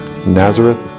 Nazareth